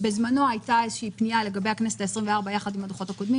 בזמנו הייתה איזו פנייה לגבי הכנסת ה-24 ביחד עם הדוחות הקודמים